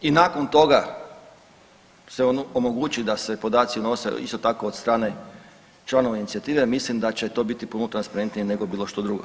i nakon toga se omogući da se podaci unose isto tako od strane članova inicijative mislim da će to biti puno transparentnije nego bilo što drugo.